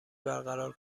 برقرار